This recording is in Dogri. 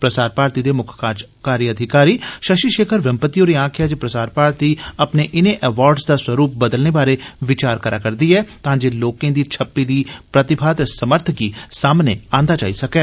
प्रसार भारती दें मुक्ख कार्जकारी अधिकारी शशि शेखर बेम्पती होरें आक्खेआ जे प्रसार भारती अपने इनें अवार्डज दा स्वरूप बदलने बारे बचार करै करदी ऐ तां जे लोकें दी छप्पी दी प्रतिभा ते समर्थ गी सामने आंदा जाई सकै